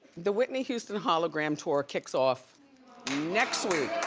the whitney houston hologram tour kicks off next week.